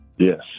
Yes